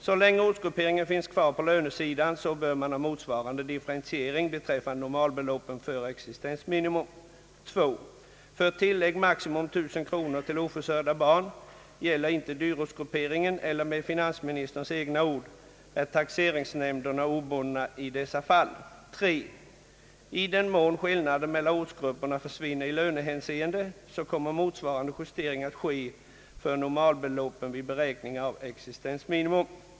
Så länge ortsgrupperingen finns kvar på lönesidan, bör man ha motsvarande differentiering beträffande normalbeloppen för existensminimum. 2. För tillägg — maximum 1 000 kronor — till oförsörjda barn gäller inte dyrortsgrupperingen. I dessa fall är, enligt finansministerns egna ord, »taxeringsnämnderna obundna». 3. I den mån skillnaderna mellan ortsgrupperna försvinner i lönehänseende, kommer motsvarande justering att ske för normalbeloppen vid beräkning av existensminimum.